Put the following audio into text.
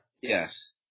Yes